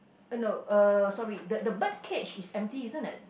uh no uh sorry the the bird cage is empty isn't it